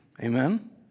Amen